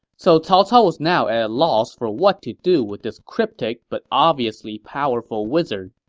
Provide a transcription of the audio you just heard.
so cao cao was now at a loss for what to do with this cryptic but obviously powerful wizard.